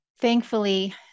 Thankfully